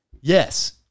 yes